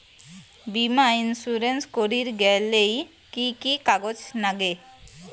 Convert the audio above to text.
বীমা ইন্সুরেন্স করির গেইলে কি কি কাগজ নাগে?